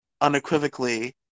unequivocally